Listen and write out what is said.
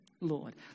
Lord